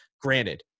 Granted